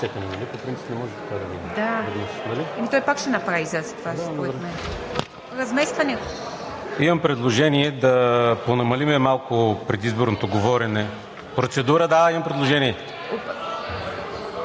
Да, имам предложение.